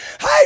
hey